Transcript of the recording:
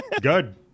Good